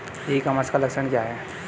ई commerce का लक्ष्य क्या है?